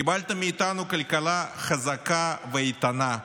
קיבלתם מאיתנו כלכלה חזקה ואיתנה,